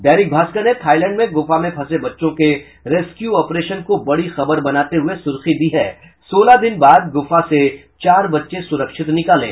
दैनिक भास्कर ने थाईलैंड में गुफा में फंसे बच्चों के रेस्क्यू ऑपरेशन को बड़ी खबर बनाते हुये सुर्खी दी है सोलह दिन बाद गुफा से चार बच्चे सुरक्षित निकाले